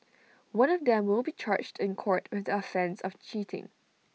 one of them will be charged in court with the offence of cheating